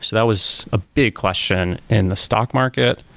so that was a big question in the stock market.